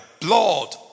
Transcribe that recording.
blood